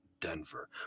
Denver